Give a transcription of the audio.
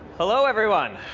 hello, everyone.